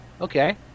Okay